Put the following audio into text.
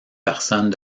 personnes